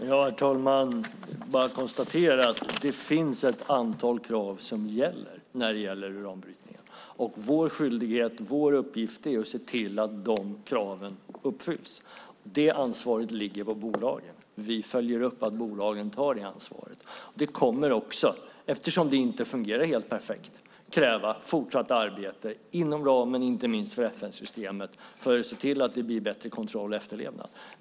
Herr talman! Jag bara konstaterar att det finns ett antal krav för uranbrytningen. Vår skyldighet, vår uppgift, är att se till att de kraven uppfylls. Det ansvaret ligger på bolagen. Vi följer upp att bolagen tar det ansvaret. Eftersom det inte fungerar helt perfekt kommer det att krävas ett fortsatt arbete inom ramen inte minst för FN-systemet för att se till att det blir en bättre kontroll och efterlevnad.